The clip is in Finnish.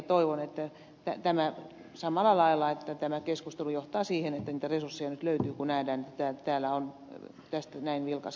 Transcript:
toivon samalla lailla että tämä keskustelu johtaa siihen että niitä resursseja nyt löytyy kun nähdään että täällä on tästä näin vilkas keskustelu käyty